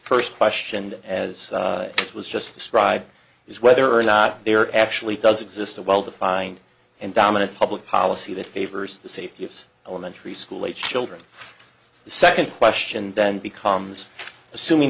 first question as it was just described is whether or not there actually does exist a well defined and dominant public policy that favors the safety of elementary school age children the second question then becomes assuming